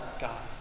God